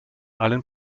allen